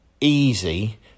easy